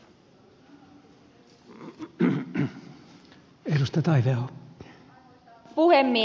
arvoisa puhemies